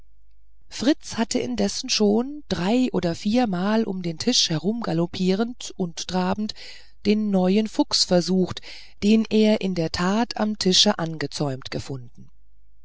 fritz hatte indessen schon drei oder viermal um den tisch herumgaloppierend und trabend den neuen fuchs versucht den er in der tat am tische ungezäumt gefunden